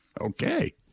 Okay